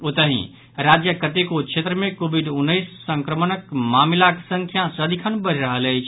ओतहि राज्यक कतेको क्षेत्र मे कोविड उन्नैस संक्रमणक मामिलाक संख्या सदिखन बढ़ि रहल अछि